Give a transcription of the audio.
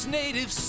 native